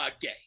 Gay